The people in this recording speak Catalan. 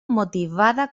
motivada